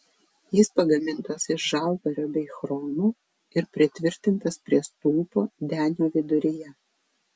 jis pagamintas iš žalvario bei chromo ir pritvirtintas prie stulpo denio viduryje